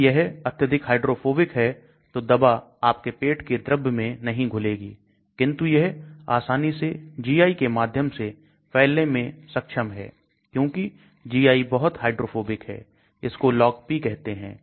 यदि यह अत्यधिक हाइड्रोफोबिक है तो दवा आपके पेट के द्रव्य में नहीं घुलेगी किंतु यह आसानी से GI के माध्यम से फैलने में में सक्षम है क्योंकि GI बहुत हाइड्रोफोबिक है इसको Log P कहते हैं